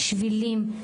שבילים,